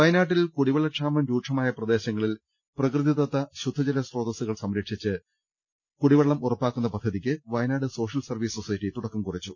വയനാട്ടിൽ കുടിവെള്ളക്ഷാമം രൂക്ഷമായ പ്രദേശങ്ങളിൽ പ്രകൃതിദത്ത ശുദ്ധജലസ്രോതസ്സുകൾ സംരക്ഷിച്ച് ശുദ്ധജലം ഉറപ്പാക്കുന്ന പദ്ധതിക്ക് വയനാട് സോഷ്യൽ സർപ്പീസ് സൊസൈറ്റി തുടക്കം കുറിച്ചു